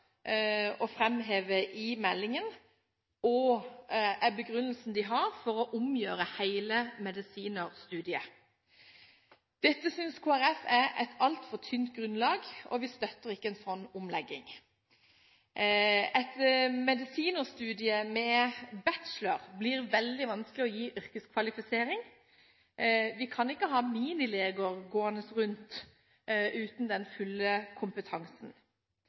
å framheve i meldingen, og begrunnelsen for å omgjøre hele medisinstudiet. Dette synes Kristelig Folkeparti er et altfor tynt grunnlag. Vi støtter ikke en slik omlegging. En bachelorgrad i medisin kan vanskelig kvalifisere for yrket. Vi kan ikke ha gående rundt minileger uten